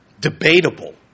debatable